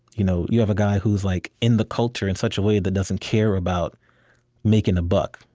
you know you have a guy who's like in the culture in such a way that doesn't care about making a buck.